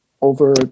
over